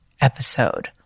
episode